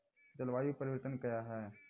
जलवायु परिवर्तन कया हैं?